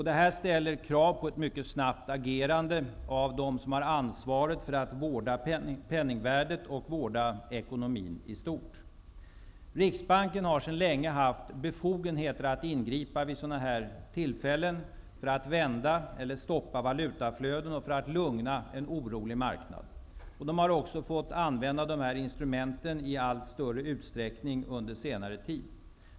Det här ställer krav på ett mycket snabbt agerande av dem som har ansvaret för vårdandet av penningvärdet och ekonomin i stort. Riksbanken har sedan länge befogenheter att ingripa vid sådana här tillfällen för att vända eller stoppa valutaflöden och för att lugna en orolig marknad. Den har också fått använda de här instrumenten i allt större utsträckning under senare tid.